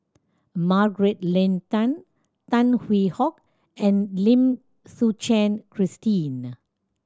Margaret Leng Tan Tan Hwee Hock and Lim Suchen Christine